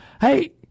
hey